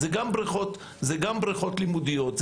זה גם בריכות לימודיות,